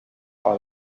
para